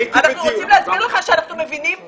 אנחנו רוצים להסביר לך שאנחנו מבינים ויודעים.